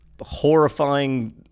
horrifying